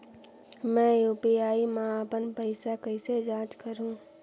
मैं यू.पी.आई मा अपन पइसा कइसे जांच करहु?